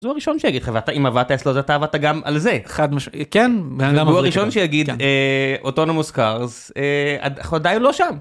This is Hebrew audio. הוא הראשון שיגיד לך ואתה אם עבדת לו אתה עבדת גם על זה חד משמעית כן הוא הראשון שיגיד אוטונומוס קאלרס אנחנו עדיין לא שם.